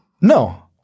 No